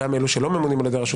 גם אלו שלא ממונים על ידי הרשות